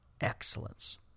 excellence